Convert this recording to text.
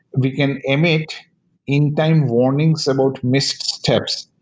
we can emit in-time warnings about missed steps.